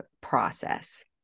process